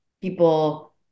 people